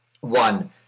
one